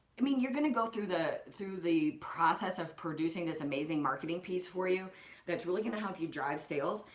i mean, you're gonna go through the through the process of producing this amazing marketing piece for you that's really gonna help you drive sales.